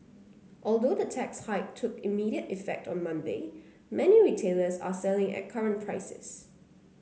although the tax hike took immediate effect on Monday many retailers are selling at current prices